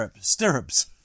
stirrups